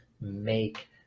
make